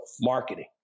marketing